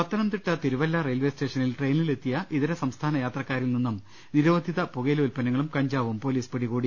Pathanamthitta Thiruvalla railway സ്റ്റേഷനലിൽ ട്രെയിനിൽ എത്തിയ ഇതര സംസ്ഥാനയാത്രക്കാരിൽ നിന്നും നിരോധിത പുകയില ഉൽപ്പന്നങ്ങളും കഞ്ചാവും പൊലീസ് പിടികൂടി